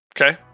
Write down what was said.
Okay